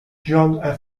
john